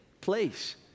place